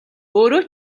өөрөө